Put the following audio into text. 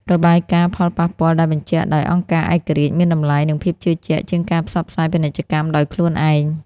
របាយការណ៍ផលប៉ះពាល់ដែលបញ្ជាក់ដោយអង្គការឯករាជ្យ មានតម្លៃ និងភាពជឿជាក់ជាងការផ្សព្វផ្សាយពាណិជ្ជកម្មដោយខ្លួនឯង។